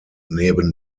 neben